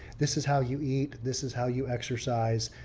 this is how you eat, this is how you exercise.